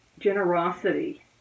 generosity